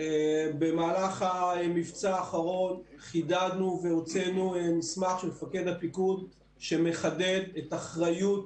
במהלך המבצע האחרון חידדנו והוצאנו מסמך של מפקד הפיקוד שמחדד את אחריות